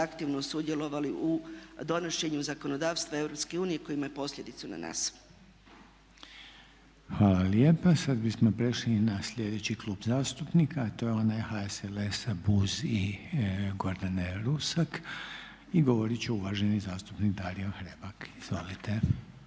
aktivno sudjelovali u donošenju zakonodavstva EU koje ima posljedicu i na nas. **Reiner, Željko (HDZ)** Hvala lijepa. Sad bismo prešli na sljedeći klub zastupnika, a to je onaj HSLS-a i BUZ-a i Goradane Rusak. Govorit će uvaženi zastupnik Dario Hrebak, izvolite.